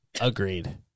agreed